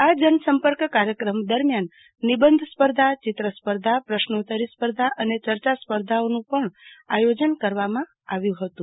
આ જનસંપર્ક કાર્યક્રમો દરમિયાન નિબંધ સ્પર્ધા ચિત્ર સ્પર્ધા પ્રશ્નોત્તરી સ્પર્ધા અને ચર્ચા સ્પર્ધાઓનું પણ આયોજન કરવામાં આવ્યું હતું